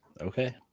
Okay